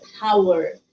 power